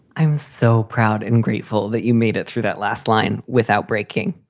i'm so proud and grateful that you made it through that last line without breaking.